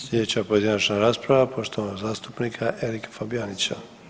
Sljedeća pojedinačna rasprava poštovanog zastupnika Erika Fabijanića.